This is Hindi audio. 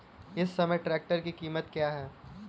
इस समय ट्रैक्टर की कीमत क्या है?